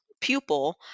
pupil